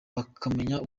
bakamenya